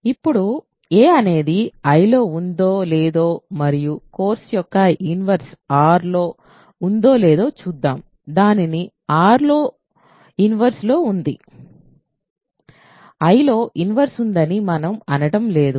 కాబట్టిఇప్పుడు 'a' అనేది Iలో ఉందో లేదో మరియు కోర్సు యొక్క ఇన్వర్స్ R లో ఉందో లేదో చూద్దాం దానికి R లో ఇన్వర్స్ లో ఉంది I లో ఇన్వర్స్ ఉందని మనం అనడం లేదు